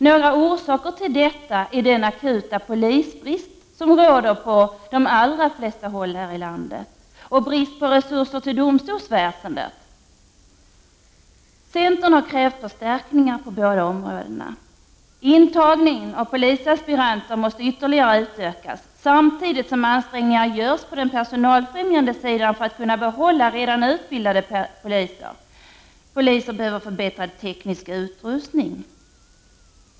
Några orsaker till detta är den akuta polisbrist som råder på de allra flesta håll i landet och brist på resurser till domstolsväsendet. Centern har krävt förstärkningar på båda dessa områden. Intagningen av polisaspiranter måste ytterligare utökas, samtidigt som ansträngningar görs på den personalfrämjande sidan för att kunna behålla redan utbildade poliser. Poliser behöver förbättrad teknisk utrustning.